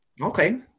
Okay